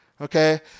Okay